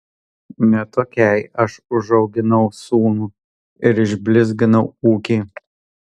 ne tokiai aš užauginau sūnų ir išblizginau ūkį